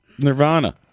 Nirvana